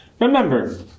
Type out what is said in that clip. Remember